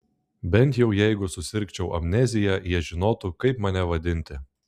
bent jau jeigu susirgčiau amnezija jie žinotų kaip mane vadinti